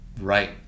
right